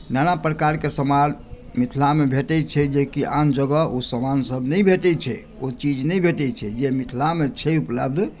नानाप्रकारके सामान मिथिलामे भेटैत छै जे कि आन जगह ओ सामानसभ नहि भेटैत छै ओ चीज नहि भेटैत छै जे मिथिलामे छै उपलब्ध